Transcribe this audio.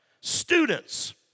students